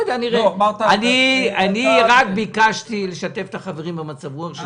אני רק ביקשתי לשתף את החברים במצב רוח שלי,